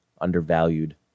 undervalued